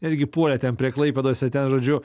irgi puolė ten prie klaipėdos ir ten žodžiu